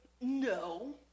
no